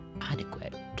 Adequate